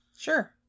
Sure